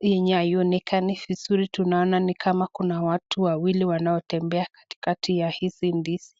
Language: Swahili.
yenye haionekani vizuri tunaona ni kama kuna watu wawili wanaotembea katikati ya hizi ndizi.